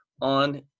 on